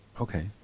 Okay